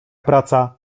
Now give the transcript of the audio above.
praca